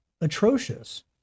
atrocious